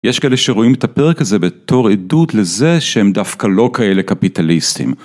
יש כאלה שרואים את הפרק הזה בתור עדות לזה שהם דווקא לא כאלה קפיטליסטים.